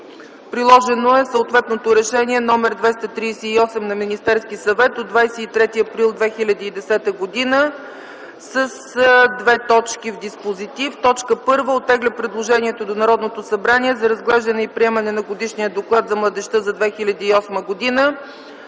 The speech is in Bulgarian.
Приложено е съответното Решение № 238 на Министерския съвет от 23 април 2010 г. с две точки в диспозитив: „1. Оттегля предложението до Народното събрание за разглеждане и приемане на Годишния доклад за младежта за 2008 г.